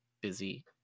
busy